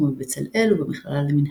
כמו בבצלאל ובמכללה למינהל.